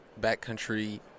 backcountry